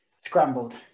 Scrambled